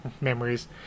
memories